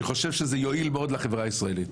אני חושב שזה יועיל מאוד לחברה הישראלית.